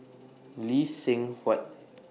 Lee Seng Huat